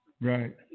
Right